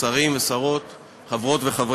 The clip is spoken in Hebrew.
של חבר הכנסת יואב קיש וקבוצת חברי